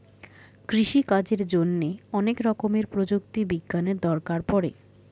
কৃষিকাজের জন্যে অনেক রকমের প্রযুক্তি বিজ্ঞানের দরকার পড়ে